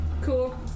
Cool